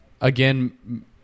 again